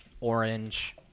orange